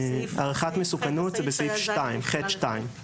הערכת מסוכנות זה בסעיף (ח)(2).